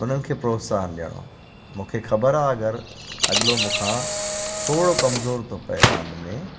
उन्हनि खे प्रोत्साहन ॾियणो मूंखे ख़बर आहे अगरि अॻिलो मूं खां थोरो कमज़ोरु थो पिए रांदि में